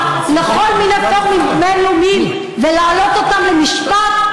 לכל מיני פורומים בין-לאומיים ולהעלות אותם למשפט.